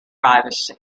privacy